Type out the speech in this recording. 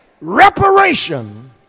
reparation